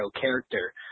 character